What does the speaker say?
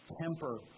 temper